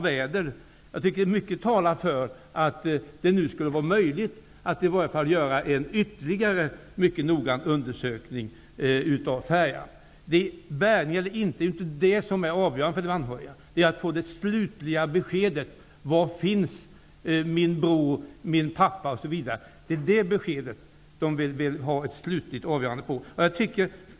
Jag tycker därför att mycket talar för att det nu skulle vara möjligt att i alla fall göra ytterligare en mycket noggrann undersökning av färjan. Bärgning eller inte är inte avgörande för de anhöriga, utan det är att få det slutliga beskedet. Var finns min bror, min pappa osv.? Det är detta de vill ha ett slutligt besked om.